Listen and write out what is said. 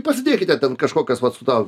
pasėdėkite ten kažkokias vat su ta